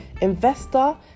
investor